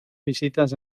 visitas